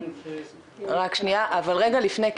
אבל רגע לפני,